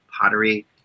pottery